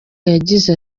yagize